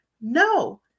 No